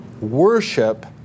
worship